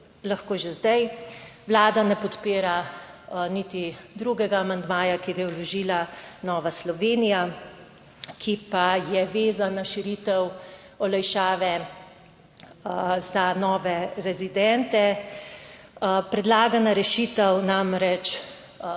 Lahko že zdaj. Vlada ne podpira niti drugega amandmaja, ki ga je vložila Nova Slovenija, ki pa je vezan na širitev olajšave za nove rezidente. Predlagana rešitev namreč